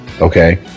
Okay